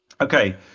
Okay